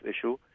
issue